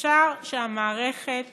אפשר שהמערכת